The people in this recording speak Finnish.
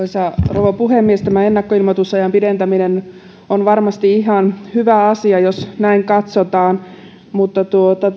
rouva puhemies tämä ennakkoilmoitusajan pidentäminen on varmasti ihan hyvä asia jos näin katsotaan mutta